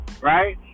right